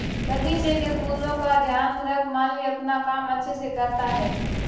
बगीचे के फूलों का ध्यान रख माली अपना काम अच्छे से करता है